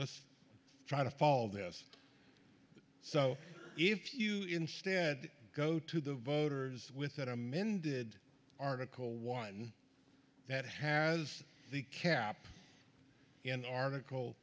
let's try to fall this so if you instead go to the voters with that amended article one that has the cap in article